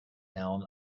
down